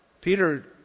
Peter